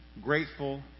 grateful